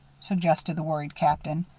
suggested the worried captain.